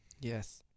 Yes